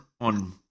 on